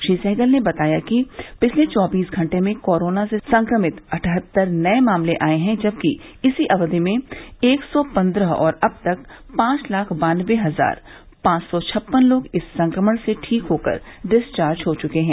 श्री सहगल ने बताया कि पिछले चौबीस घंटे में कोरोना से संक्रमित अट्ठहत्तर नये मामले आये हैं जबकि इसी अवधि में एक सौ पन्द्रह और अब तक पांच लाख बान्नबे हजार पांच सौ छप्पन लोग इस संक्रमण से ठीक होकर डिस्वार्ज हो चुके हैं